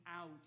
out